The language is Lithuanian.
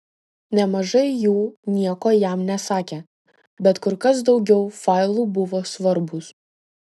nemažai jų nieko jam nesakė bet kur kas daugiau failų buvo svarbūs